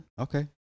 Okay